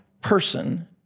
person